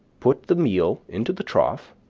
put the meal into the trough,